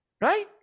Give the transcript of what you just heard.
right